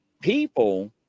people